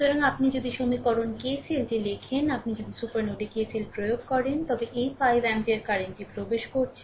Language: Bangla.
সুতরাং আপনি যদি সমীকরণ KCL টি লিখে রাখেন আপনি যদি সুপার নোডে KCL প্রয়োগ করেন তবে এই 5 অ্যাম্পিয়ার কারেন্টটি প্রবেশ করছে